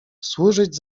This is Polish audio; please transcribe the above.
służyć